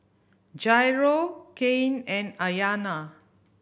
Jairo Cain and Ayana